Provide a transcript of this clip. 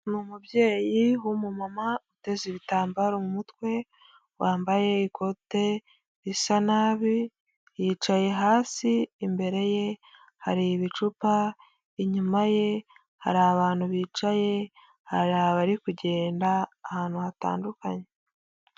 Ni umubyeyi w'umumama uteze ibitambaro mu mutwe, wambaye ikote risa nabi, yicaye hasi, imbere ye hari ibicupa, inyuma ye hari abantu bicaye, hari abari kugenda ahantu hatandukanye.